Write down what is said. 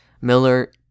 Miller